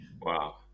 Wow